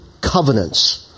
covenants